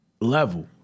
level